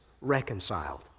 reconciled